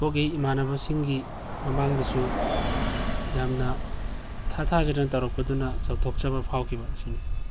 ꯄꯣꯛꯏ ꯏꯃꯥꯟꯅꯕꯁꯤꯡꯒꯤ ꯃꯃꯥꯡꯗꯁꯨ ꯌꯥꯝꯅ ꯏꯊꯥ ꯊꯥꯖꯗꯅ ꯇꯧꯔꯛꯄꯗꯨꯅ ꯆꯥꯎꯊꯣꯛꯆꯕ ꯐꯥꯎꯈꯤꯕ ꯑꯁꯤꯅꯤ